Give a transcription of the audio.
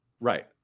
right